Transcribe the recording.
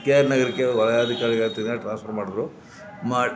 K R ನಗರಕ್ಕೆ ವಲಯ ಅಧಿಕಾರಿಯಾಗಿ ತಿರ್ಗಿ ಟ್ರಾನ್ಸ್ಫರ್ ಮಾಡಿದ್ರು ಮಾಡಿ